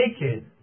naked